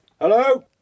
Hello